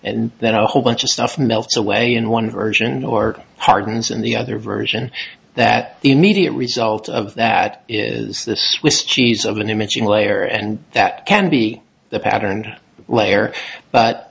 and then a whole bunch of stuff melts away in one version or hardens in the other version that the immediate result of that is the swiss cheese of an imaging layer and that can be the pattern layer but